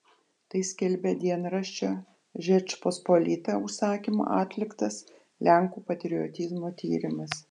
tai skelbia dienraščio žečpospolita užsakymu atliktas lenkų patriotizmo tyrimas